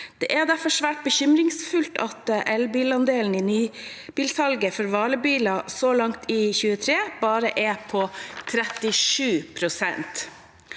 Det er derfor svært bekymringsfullt at elbilandelen i nybilsalget for varebiler så langt i 2023 bare er på 37 pst.